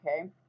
okay